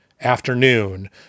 afternoon